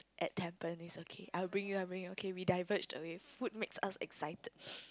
at Tampines okay I'll bring you I'll bring you okay we diverge away food makes us excited